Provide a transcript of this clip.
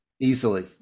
Easily